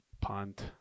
Punt